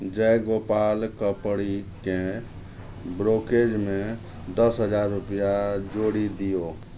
जयगोपाल कपड़िकेँ ब्रोकेजमे दस हजार रूपैआ जोड़ि दियौ